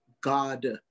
god